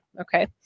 Okay